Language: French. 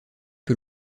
que